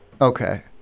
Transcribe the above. Okay